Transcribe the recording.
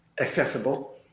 accessible